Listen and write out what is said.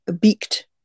beaked